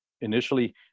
initially